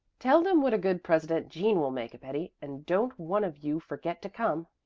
tell them what a good president jean will make, betty. and don't one of you forget to come.